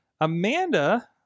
Amanda